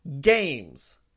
games